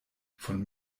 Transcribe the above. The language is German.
von